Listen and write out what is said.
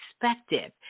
perspective